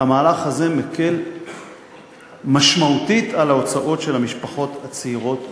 והמהלך הזה מקל משמעותית על ההוצאות של המשפחות הצעירות בישראל.